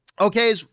Okay